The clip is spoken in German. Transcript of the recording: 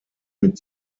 mit